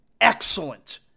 excellent